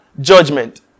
judgment